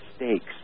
mistakes